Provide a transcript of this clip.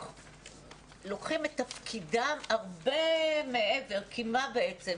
לוקחים את תפקידם הרבה מעבר, כי מה בעצם?